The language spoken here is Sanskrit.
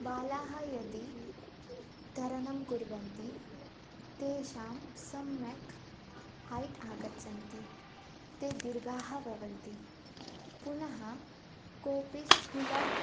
बालाः यदि तरणं कुर्वन्ति तेषां सम्यक् हैट् आगच्छन्ति ते दीर्घाः भवन्ति पुनः कोपि स्थूलः